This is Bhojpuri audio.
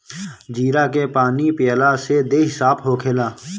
जीरा के पानी पियला से देहि साफ़ होखेला